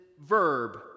verb